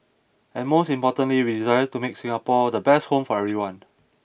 and most importantly we desire to make Singapore the best home for everyone